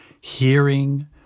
hearing